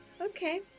Okay